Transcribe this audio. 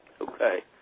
Okay